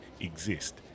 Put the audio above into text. exist